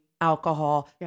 alcohol